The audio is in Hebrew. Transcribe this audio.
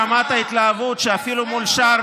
אני רואה מרמת ההתלהבות שאפילו מול שער